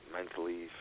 mentally